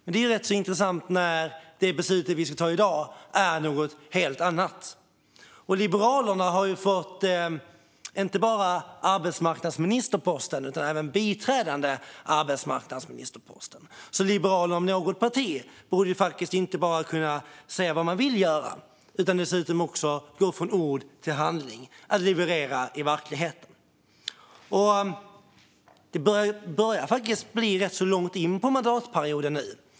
Det är rätt så intressant när det beslut som vi ska ta i dag är något helt annat. Liberalerna har fått inte bara arbetsmarknadsministerposten utan även den biträdande arbetsmarknadsministerposten. Liberalerna om något parti borde därför faktiskt inte bara kunna säga vad de vill göra utan också gå från ord till handling och leverera i verkligheten. Vi börjar faktiskt komma in ganska långt i mandatperioden nu.